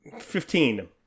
Fifteen